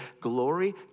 glory